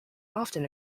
often